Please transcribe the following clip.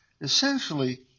essentially